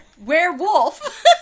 Werewolf